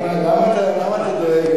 למה אתה דואג?